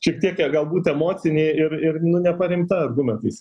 šiek tiek e galbūt emocinė ir ir nu neparemta argumentais